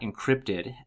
encrypted